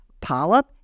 polyp